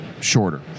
shorter